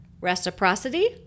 reciprocity